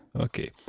Okay